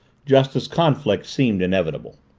just as conflict seemed inevitable.